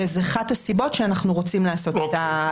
וזו אחת הסיבות שאנחנו רוצים לעשות את זה.